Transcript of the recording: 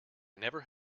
never